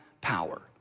power